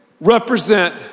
represent